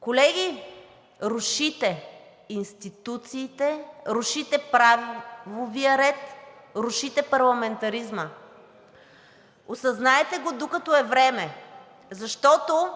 Колеги, рушите институциите, рушите правовия ред, рушите парламентаризма. Осъзнайте го, докато е време, защото